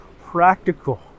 practical